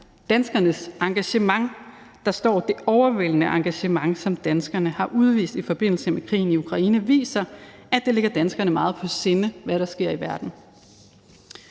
danskernes engagement. Der står: »Det overvældende engagement, som danskerne har udvist i forbindelse med krigen i Ukraine, viser, at det ligger danskerne meget på sinde, hvad der sker i verden.«